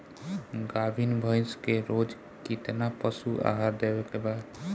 गाभीन भैंस के रोज कितना पशु आहार देवे के बा?